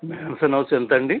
mansion House ఎంతండీ